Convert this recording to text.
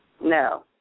No